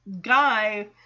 guy